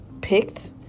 picked